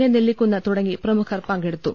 A Nellikkunnu തുടങ്ങി പ്രമുഖർ പങ്കെടുത്തു